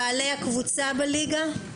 בעלי הקבוצה בליגה?